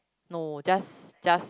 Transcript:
no just just